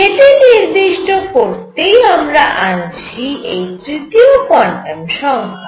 সেটি নির্দিষ্ট করতেই আমরা আনছি এই তৃতীয় কোয়ান্টাম সংখ্যা